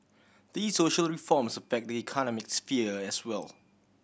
these social reforms affect the economic sphere as well